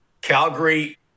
Calgary